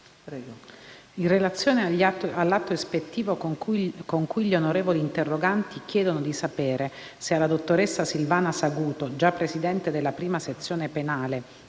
in relazione all'atto ispettivo con cui gli onorevoli interroganti chiedono di sapere se alla dottoressa Silvana Saguto, già presidente della prima sezione penale